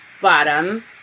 bottom